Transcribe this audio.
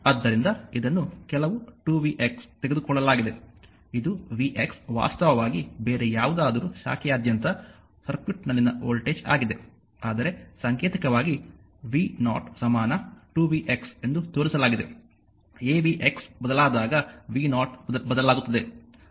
ಆದ್ದರಿಂದ ಇದನ್ನು ಕೆಲವು 2vx ತೆಗೆದುಕೊಳ್ಳಲಾಗಿದೆ ಇದು vx ವಾಸ್ತವವಾಗಿ ಬೇರೆ ಯಾವುದಾದರೂ ಶಾಖೆಯಾದ್ಯಂತ ಸರ್ಕ್ಯೂಟ್ನಲ್ಲಿನ ವೋಲ್ಟೇಜ್ ಆಗಿದೆ ಆದರೆ ಸಾಂಕೇತಿಕವಾಗಿ v0 ಸಮಾನ 2vx ಎಂದು ತೋರಿಸಲಾಗಿದೆ avx ಬದಲಾದಾಗ v0 ಬದಲಾಗುತ್ತದೆ